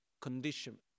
condition